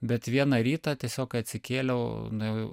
bet vieną rytą tiesiog atsikėliau nuėjau